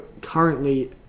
currently